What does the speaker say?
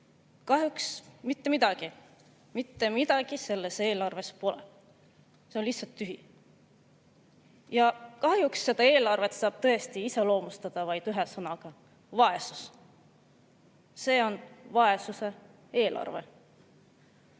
Kahjuks mitte midagi, mitte midagi selles eelarves pole. See on lihtsalt tühi. Kahjuks saab seda eelarvet iseloomustada vaid ühe sõnaga: vaesus. See on vaesuse eelarve. Kuna